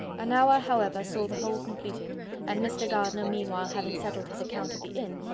an hour, however, saw the whole completed and mr. gardiner meanwhile having settled his account at the inn,